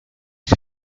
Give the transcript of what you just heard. się